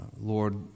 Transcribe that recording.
Lord